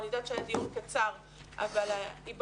אני יודעת שהיה דיון קצר אבל היבחנות,